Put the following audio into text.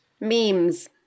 memes